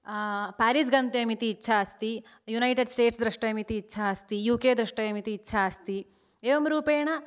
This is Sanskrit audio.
आम् पेरिस् गन्तव्यम् इति इच्छा अस्ति युनैटेड् स्टेट्स् द्रष्टव्यमति इच्छा अस्ति यू के द्रष्टव्यमति इच्छा अस्ति एवं रूपेण